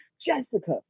Jessica